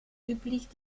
üblich